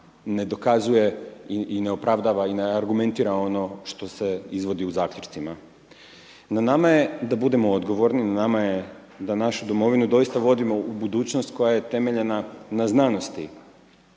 ne dokazuje i opravdava i ne argumentira ono što se izvodi u zaključcima. Na nama je da budemo odgovorni, na nama je da našu domovinu doista vodimo u budućnost koja je temeljena na znanosti